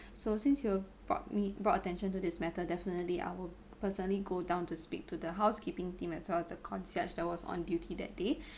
so since you brought me brought attention to this matter definitely I will personally go down to speak to the housekeeping team as well as the concierge that was on duty that day